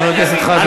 חבר הכנסת חזן.